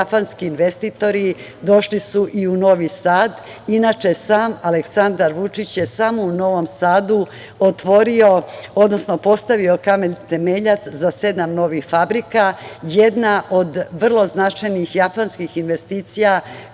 japanski investitori došli su i u Novi Sad. Inače, sam Aleksandar Vučić je u Novom Sadu otvorio, odnosno postavio kamen temeljac za sedam novih fabrika. Jedna od vrlo značajnih japanskih investicija